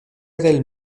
del